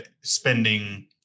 spending